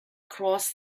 crossed